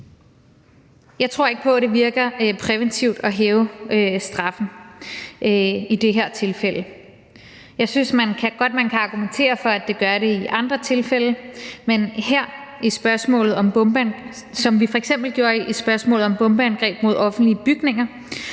Jeg tror ikke på, at det virker præventivt at hæve straffen i det her tilfælde. Jeg synes, at man godt kan argumentere for, at det gør det i andre tilfælde, som vi f.eks. gjorde det i spørgsmålet om bombeangreb mod offentlige bygninger.